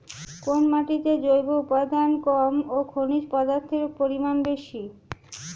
কোন মাটিতে জৈব উপাদান কম ও খনিজ পদার্থের পরিমাণ বেশি?